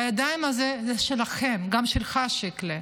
והידיים האלה שלכם, גם שלך, שיקלי,